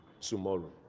tomorrow